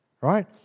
Right